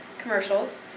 Commercials